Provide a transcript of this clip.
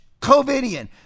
COVIDian